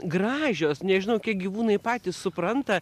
gražios nežinau kiek gyvūnai patys supranta